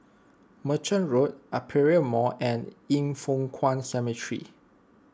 Merchant Road Aperia Mall and Yin Foh Kuan Cemetery